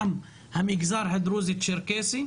גם המגזר הדרוזי והצ'רקסי,